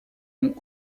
monts